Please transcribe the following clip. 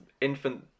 infant